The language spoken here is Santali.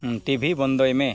ᱴᱤᱵᱷᱤ ᱵᱚᱱᱫᱚᱭ ᱢᱮ